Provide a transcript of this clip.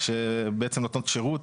שבעצם נותנות שירות.